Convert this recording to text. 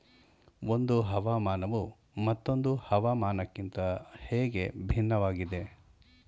ಒಂದು ಹವಾಮಾನವು ಮತ್ತೊಂದು ಹವಾಮಾನಕಿಂತ ಹೇಗೆ ಭಿನ್ನವಾಗಿದೆ?